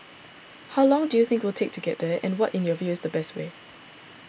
how long do you think we'll take to get there and what in your view is the best way